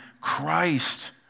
Christ